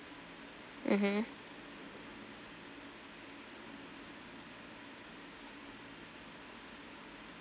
mmhmm